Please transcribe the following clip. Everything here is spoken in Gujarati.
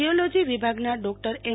જીઓલોજી વિભાગના ડોક્ટર એમ